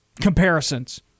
comparisons